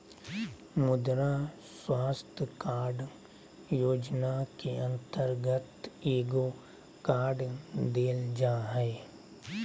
मुद्रा स्वास्थ कार्ड योजना के अंतर्गत एगो कार्ड देल जा हइ